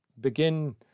begin